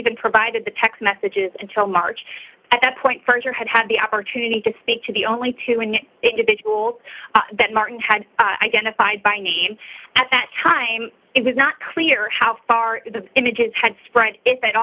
even provided the text messages and till march at that point st or had had the opportunity to speak to the only two an individual that martin had identified by name at that time it was not clear how far the images had spread if at